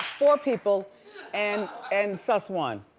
four people and and suss one.